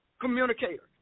communicator